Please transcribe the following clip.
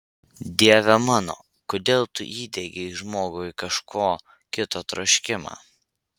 dieve mano kodėl tu įdiegei žmogui kažko kito troškimą